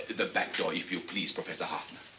the back door if you please, professor hoffner.